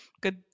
good